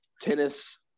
tennis